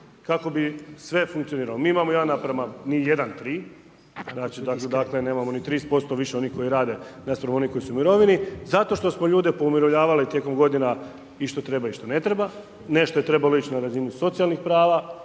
kako bi sve funkcioniralo. Mi imamo 1: nijedan tri, dakle nemamo ni 30% više onih koji rade naspram onih koji su u mirovini zato što smo ljude poumirovljavali tijekom godina i što treba i što ne treba. Nešto je trebalo ići na razinu socijalnih prava,